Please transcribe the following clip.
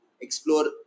explore